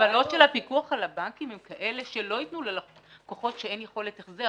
המגבלות של הפיקוח על הבנקים הם כאלה שלא יתנו ללקוחות שאין יכולת החזר.